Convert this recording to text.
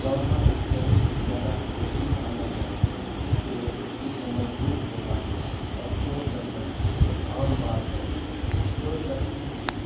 دوڑنا ایک بہت ہی زیادہ مفید عمل ہے اس سے جسم مضبوط ہوتا ہے اور چوٹ لگنا ایک عام بات ہے چوٹ لگتے ہی